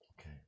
Okay